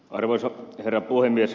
arvoisa herra puhemies